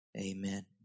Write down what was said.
Amen